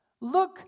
look